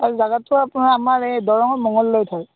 অঁ জাগাটো আপোনাৰ আমাৰ এই দৰঙৰ মঙলদৈত হয়